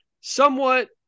somewhat